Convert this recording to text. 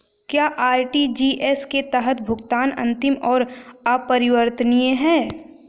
क्या आर.टी.जी.एस के तहत भुगतान अंतिम और अपरिवर्तनीय है?